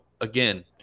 again